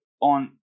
on